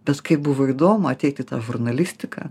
bet kaip buvo įdomu ateit į tą žurnalistiką